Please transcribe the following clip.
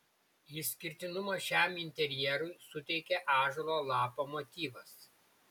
išskirtinumo šiam interjerui suteikia ąžuolo lapo motyvas